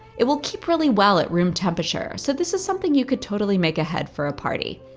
it will keep really well at room temperature. so this is something you could totally make ahead for a party.